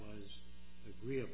was real